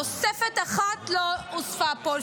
תוספת אחת לא הוספה פה,